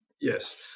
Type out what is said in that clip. Yes